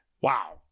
wow